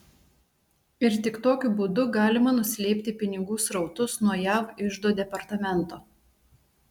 ir tik tokiu būdu galima nuslėpti pinigų srautus nuo jav iždo departamento